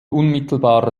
unmittelbarer